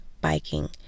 biking